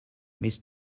miss